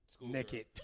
Naked